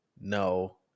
no